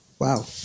Wow